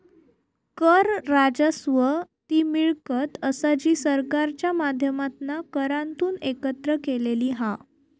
कर राजस्व ती मिळकत असा जी सरकारच्या माध्यमातना करांतून एकत्र केलेली हा